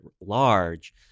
large